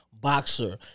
boxer